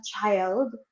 child